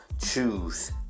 choose